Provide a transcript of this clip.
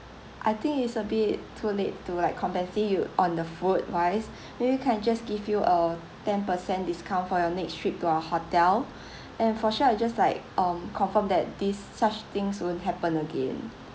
I think it's a bit too late to like compensate you on the food wise maybe we can just give you a ten percent discount for your next trip to our hotel and for sure I just like um confirm that these such things won't happen again